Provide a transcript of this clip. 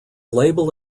label